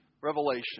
Revelation